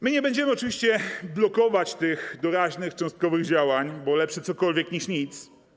My nie będziemy oczywiście blokować tych doraźnych cząstkowych działań, bo lepsze cokolwiek niż nic.